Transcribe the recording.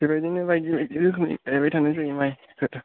बेबाइदिनो बायदि बाइदि रोखोमनि गाइबाइ थानाय जायो माइ फोर